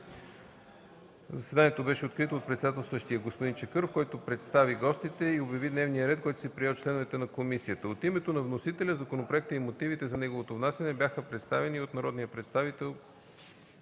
Заседанието беше открито от председателстващия господин Чакъров, който представи гостите и обяви дневния ред, който се прие от членовете на комисията. От името на вносителя законопроектът и мотивите за неговото внасяне бяха представени от народния представител